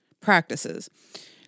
practices